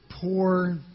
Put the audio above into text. poor